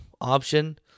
option